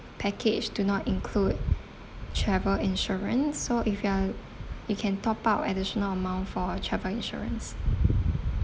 package do not include travel insurance so if you are you can top up additional amount for travel insurance